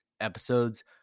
episodes